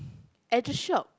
at the shop